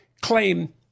claim